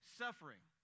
suffering